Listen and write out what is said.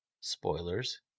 Spoilers